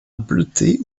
bleuté